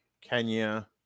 kenya